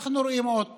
אנחנו רואים עוד פעם,